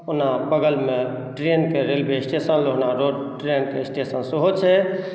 ओना बगलमे ट्रेनके रेलवे स्टेशन लोहना रोड ट्रेनके स्टेशन सेहो छै